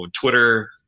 Twitter